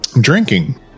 Drinking